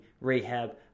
rehab